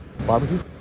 Barbecue